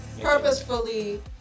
purposefully